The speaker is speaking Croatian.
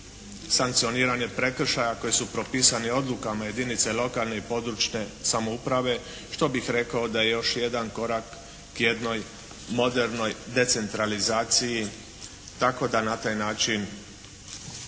sankcioniranje prekršaja koji su propisani odlukama jedinice lokalne i područne samouprave što bih rekao da je još jedan korak k jednoj modernoj decentralizaciji tako da na taj način